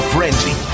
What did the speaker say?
Frenzy